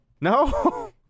No